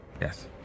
Yes